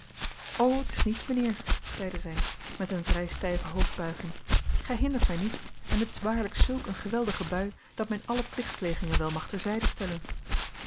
t is niets mijnheer zeide zij met een vrij stijve hoofdbuiging gij hindert mij niet en het is waarlijk zulk een geweldige bui dat men alle plichtplegingen wel mag ter zijde stellen